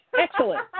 Excellent